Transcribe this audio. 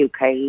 UK